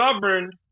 governed